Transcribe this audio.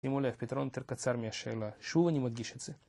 שימו לב, הפיתרון יותר קצר מהשאלה, שוב אני מדגיש את זה.